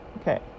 Okay